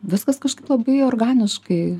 viskas kažkaip labai organiškai